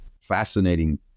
fascinating